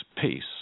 peace